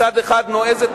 מצד אחד נועזת,